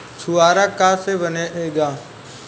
छुआरा का से बनेगा?